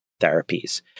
therapies